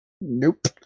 Nope